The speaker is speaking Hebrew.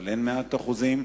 אבל אין מאה אחוזים.